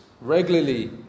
regularly